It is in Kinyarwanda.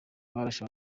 abarashe